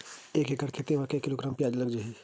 एक एकड़ खेती म के किलोग्राम प्याज लग ही?